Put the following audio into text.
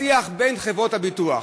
השיח בין חברות הביטוח